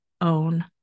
own